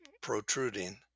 protruding